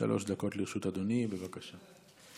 אדוני, בבקשה.